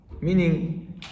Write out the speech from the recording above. Meaning